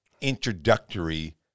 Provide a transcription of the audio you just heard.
introductory